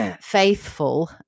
faithful